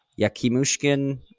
Yakimushkin